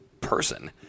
person